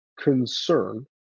concern